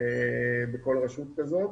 בכל רשות כזאת.